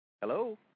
Hello